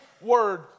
word